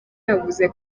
yavuze